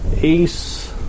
Ace